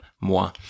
moi